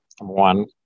one